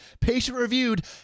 patient-reviewed